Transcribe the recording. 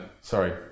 sorry